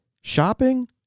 shopping